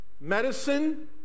medicine